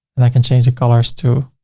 and i can change the colors to,